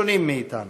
השונים מאתנו.